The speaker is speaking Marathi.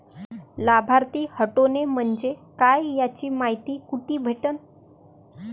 लाभार्थी हटोने म्हंजे काय याची मायती कुठी भेटन?